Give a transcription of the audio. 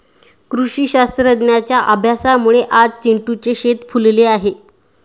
कृषीशास्त्राच्या अभ्यासामुळे आज चिंटूचे शेत फुलले आहे